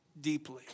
deeply